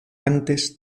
antes